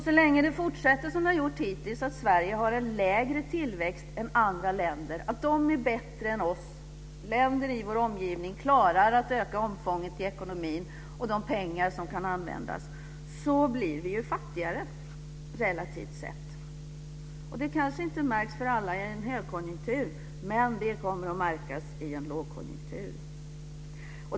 Så länge det fortsätter som det har gjort hittills, dvs. att Sverige har en lägre tillväxt än andra länder och att länder i vår omgivning klarar att öka omfånget i ekonomin och de pengar som kan användas bättre än vi, blir vi ju fattigare relativt sett. Det märks kanske inte för alla i en högkonjunktur, men det kommer att märkas i en lågkonjunktur.